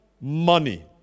money